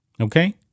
Okay